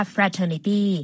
Fraternity